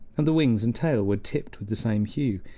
and the wings and tail were tipped with the same hue,